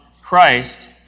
Christ